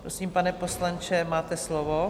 Prosím, pane poslanče, máte slovo.